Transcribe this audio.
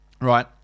right